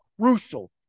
crucial